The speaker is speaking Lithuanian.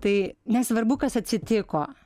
tai nesvarbu kas atsitiko